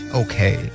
okay